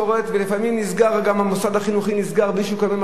ולפעמים גם המוסד החינוכי נסגר בלי שהוא יקבל משכורת,